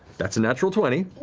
that's a natural twenty.